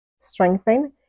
strengthen